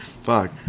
Fuck